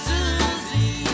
Susie